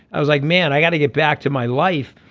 i was like man i got to get back to my life.